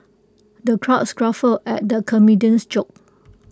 the crowd guffawed at the comedian's jokes